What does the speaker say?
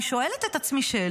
אני שואלת את עצמי שאלות.